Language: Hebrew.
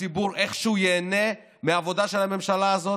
הציבור איכשהו ייהנה מהעבודה של הממשלה הזאת.